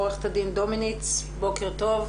עוה"ד דומיניץ, בוקר טוב.